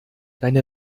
deine